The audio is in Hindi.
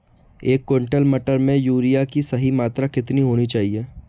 एक क्विंटल मटर में यूरिया की सही मात्रा कितनी होनी चाहिए?